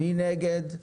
מי נגד?